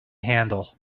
handle